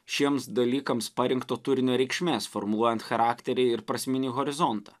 šiems dalykams parinkto turinio reikšmės formuojant charakterį ir prasminį horizontą